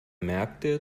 merkte